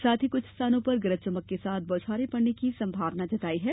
साथ ही क्छ स्थानों पर गरज चमक के साथ बौछारे पड़ने की संभावना जताई है